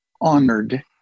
honored